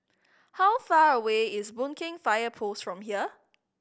how far away is Boon Keng Fire Post from here